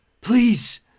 please